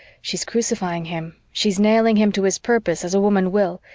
she's crucifying him, she's nailing him to his purpose as a woman will,